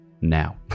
now